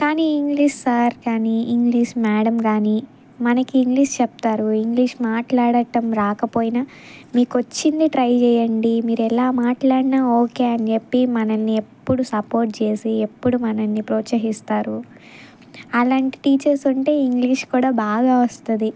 కానీ English sir కానీ English madam కాని మనకి ఇంగ్లీష్ చెప్తారు ఇంగ్లీష్ మాట్లాడడం రాకపోయినా మీకు వచ్చింది ట్రై చెయ్యండి మీరు ఎలా మాట్లాడినా ఓకే అని చెప్పి మనల్ని ఎప్పుడు సపోర్ట్ చేసి ఎప్పుడు మనల్ని ప్రోత్సహిస్తారు అలాంటి టీచర్స్ ఉంటే ఇంగ్లీష్ కూడా బాగా వస్తది